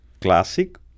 classic